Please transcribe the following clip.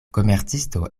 komercisto